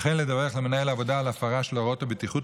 וכן לדווח למנהל העבודה על הפרה של הוראות הבטיחות,